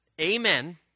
amen